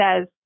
says